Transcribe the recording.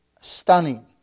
stunning